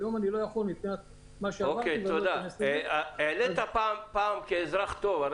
היום אני לא יכול --- האם העלית פעם את הנקודות האלו על